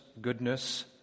goodness